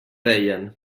deien